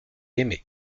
aimés